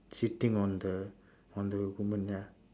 shitting on the on the woman ya